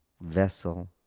vessel